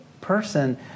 person